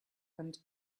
and